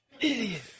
Idiot